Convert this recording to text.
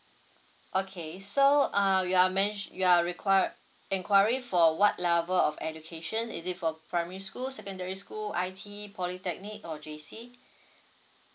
okay so uh you are ma~ you are requi~ enquiry for what level of education is it for primary school secondary school I_T polytechnic or J_C